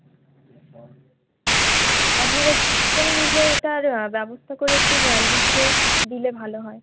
আপনারা কজন মিলে এটার ব্যবস্থা করে একটু লিখে দিলে ভালো হয়